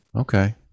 okay